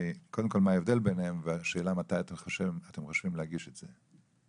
קודם כל מה ההבדל ביניהן והשאלה מתי אתם חושבים להגיש את זה?